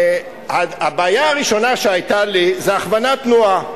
הבעיה הראשונה שהיתה לי זה הכוונת תנועה.